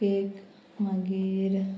cake मागीर